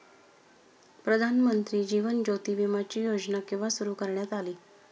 प्रधानमंत्री जीवन ज्योती विमाची योजना केव्हा सुरू करण्यात आली?